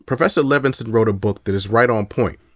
professor levinson wrote a book that is right on point.